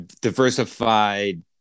diversified